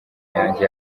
yanjye